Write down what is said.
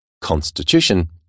Constitution